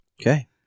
okay